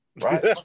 Right